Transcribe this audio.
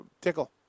Tickle